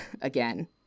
again